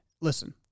listen